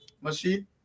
machine